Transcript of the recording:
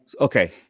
Okay